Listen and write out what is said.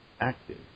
active